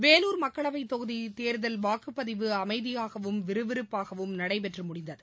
வேலூர் மக்களவை தொகுதி தேர்தல் வாக்குப்பதிவு அமைதியாகவும் விறுவிறுப்பாகவும் நடைபெற்று முடிந்தது